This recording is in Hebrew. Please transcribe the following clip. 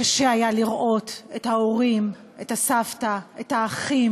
קשה היה לראות את ההורים, את הסבתא, את האחים,